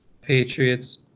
Patriots